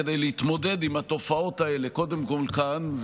כדי להתמודד עם התופעות האלה קודם כול כאן,